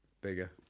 Bigger